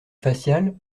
facial